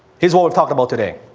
here's what we talked about today.